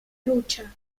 lucha